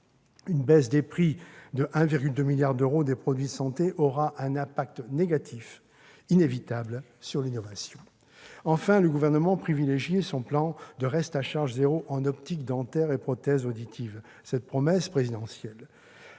Une baisse des prix de 1,2 milliard d'euros des produits de santé aura un impact négatif inévitable sur l'innovation. En effet, le Gouvernement privilégie son plan de reste à charge zéro en optique, dentaire et prothèses auditives. Cette promesse présidentielle